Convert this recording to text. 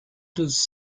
does